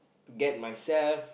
to get myself